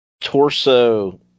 torso